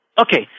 Okay